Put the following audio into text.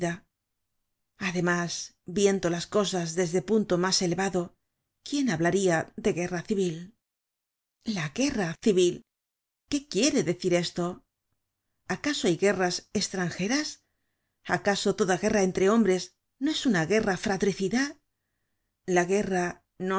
además viendo las cosas desde punto mas elevado quién hablaria de guerra civil la guerra civil qué quiere decir esto acaso hay guerras estranjeras acaso toda guerra entre hombres no es una guerra fratricida la guerra